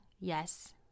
yes